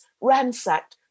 ransacked